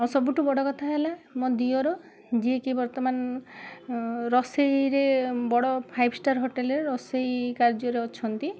ସବୁଠୁ ବଡ଼ କଥା ହେଲା ମୋ ଦିଅର ଯିଏ କି ବର୍ତ୍ତମାନ ରୋଷେଇରେ ବଡ଼ ଫାଇପ୍ ଷ୍ଟାର୍ ହୋଟେଲରେ ରୋଷେଇ କାର୍ଯ୍ୟରେ ଅଛନ୍ତି